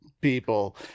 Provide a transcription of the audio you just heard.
people